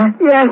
Yes